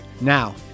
Now